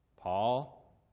Paul